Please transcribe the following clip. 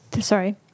sorry